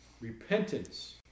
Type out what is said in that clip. repentance